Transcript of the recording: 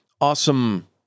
awesome